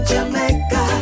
Jamaica